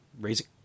raising